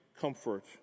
comfort